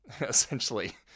essentially